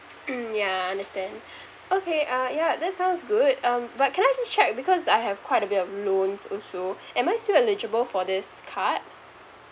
mm ya understand okay uh yeah that sounds good um but can I just check because I have quite a bit of loans also am I still eligible for this card